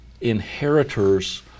inheritors